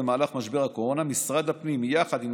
במהלך משבר הקורונה משרד הפנים יחד עם